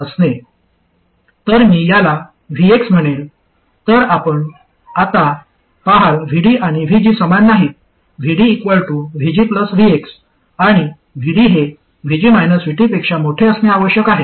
तर मी याला VX म्हणेल तर आता आपण पहाल VD आणि VG समान नाहीत VD VG VX आणि VD हे VG VT पेक्षा मोठे असणे आवश्यक आहे